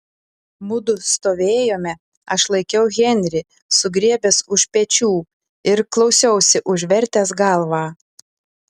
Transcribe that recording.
mudu stovėjome aš laikiau henrį sugriebęs už pečių ir klausiausi užvertęs galvą